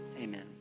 Amen